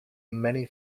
many